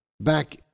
back